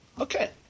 Okay